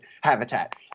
habitat